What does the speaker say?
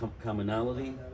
commonality